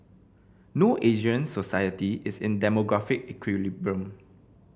no Asian society is in demographic equilibrium